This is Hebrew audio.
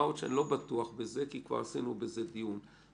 מה עוד שאני לא בטוח בזה כי כבר עשינו דיון על זה.